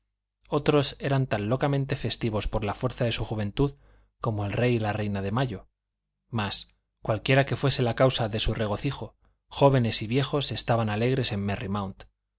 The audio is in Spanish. otros eran tan locamente festivos por la fuerza de su juventud como el rey y la reina de mayo mas cualquiera que fuese la causa de su regocijo jóvenes y viejos estaban alegres en merry mount